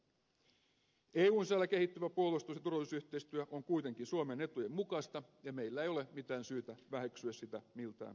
eun sisällä kehittyvä puolustus ja turvallisuusyhteistyö on kuitenkin suomen etujen mukaista ja meillä ei ole mitään syytä väheksyä sitä miltään osin